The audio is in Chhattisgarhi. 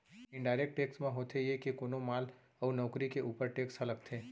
इनडायरेक्ट टेक्स म होथे ये के कोनो माल अउ नउकरी के ऊपर टेक्स ह लगथे